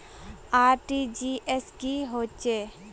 RTGS की होचए?